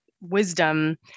wisdom